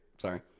sorry